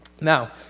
Now